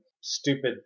stupid